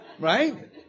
Right